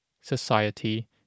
society